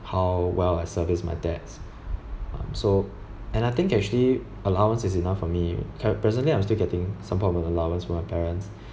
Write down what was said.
how well I service my debts um so and I think actually allowance is enough for me curr~ presently I'm still getting some part of an allowance from my parents